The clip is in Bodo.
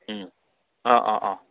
अ अ अ